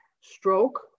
stroke